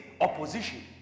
opposition